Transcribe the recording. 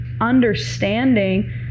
understanding